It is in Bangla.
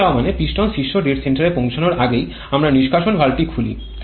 নেমে যাওয়া মানে পিস্টন শীর্ষ ডেড সেন্টারে পৌঁছানোর আগেই আমরা নিষ্কাশন ভালভটি খুলি